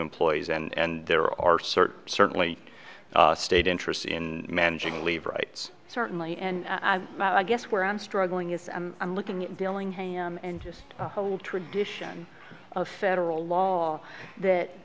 employees and there are certain certainly state interests in managing leave rights certainly and i guess where i'm struggling is i'm looking at billingham and his whole tradition of federal law that